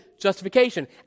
justification